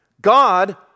God